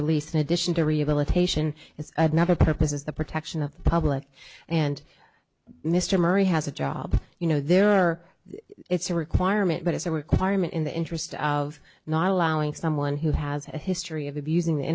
release in addition to rehabilitation is another purpose is the protection of the public and mr murray has a job you know there are it's a requirement but it's a requirement in the interest of not allowing someone who has a history of abusing the